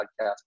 podcast